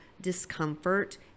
discomfort